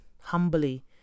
humbly